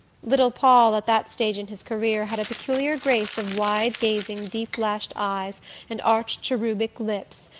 little paul, at that stage in his career, had a peculiar grace of wide-gazing deep-lashed eyes and arched cherubic lips,